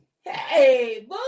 hey